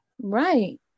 Right